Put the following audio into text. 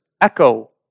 echo